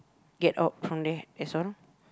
get out from there that's all lor